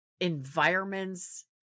environments